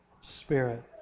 Spirit